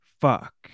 Fuck